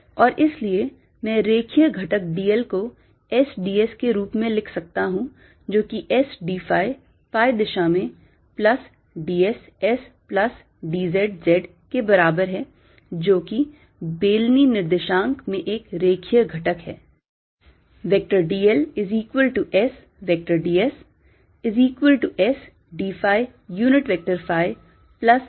और इसलिए मैं रेखीय घटक dl को S ds के रूप में लिख सकता हूं जो कि S d phi phi दिशा में plus d s S plus d z Z के बराबर है जो कि बेलनी निर्देशांक में एक रेखीय घटक है